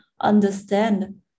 understand